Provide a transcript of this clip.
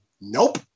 Nope